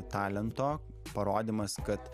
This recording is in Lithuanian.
talento parodymas kad